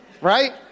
right